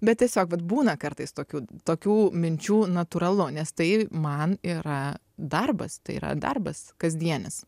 bet tiesiog vat būna kartais tokių tokių minčių natūralu nes tai man yra darbas tai yra darbas kasdienis